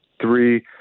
three